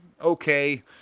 Okay